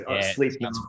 sleeping